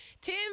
Tim